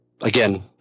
again